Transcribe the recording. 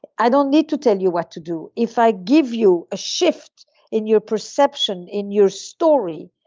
i don't need to tell you what to do. if i give you a shift in your perception in your story,